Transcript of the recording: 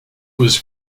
was